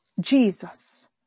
Jesus